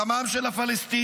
דמם של הפלסטינים,